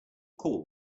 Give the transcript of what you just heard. call